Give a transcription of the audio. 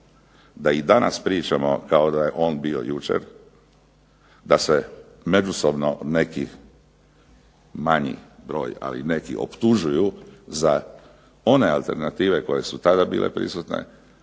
da i danas pričamo kao da on bio jučer, da se međusobno neki manji broj, ali neki optužuju za one alternative koje su tada bile prisutne,